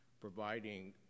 providing